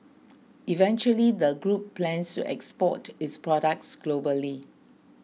eventually the group plans to export its products globally